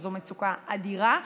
שזו מצוקה אדירה.